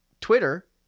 twitter